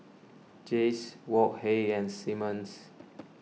Jays Wok Hey and Simmons